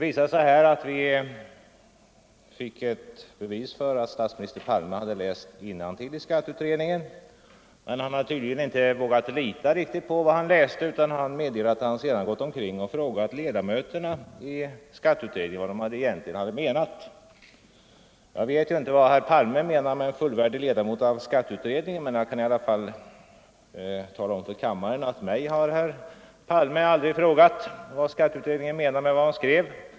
Vi fick ett bevis för att statsminister Palme hade läst innantill i skatteutredningen, men han har tydligen inte vågat lita riktigt på vad han läst, utan han medger att han sedan gått omkring och frågat ledamöter i skatteutredningen vad de egentligen hade menat. Jag vet inte vad herr Palme menar med en fullvärdig ledamot av skatteutredningen, men jag kan tala om för kammarens ledamöter att herr Palme aldrig har frågat mig vad skatteutredningen menade med vad den skrev.